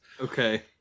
Okay